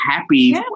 happy